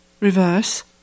reverse